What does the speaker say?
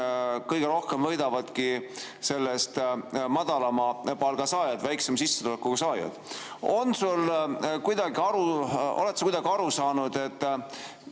kõige rohkem võidavadki sellest madalama palga saajad, väiksema sissetuleku saajad. Oled sa kuidagi aru saanud,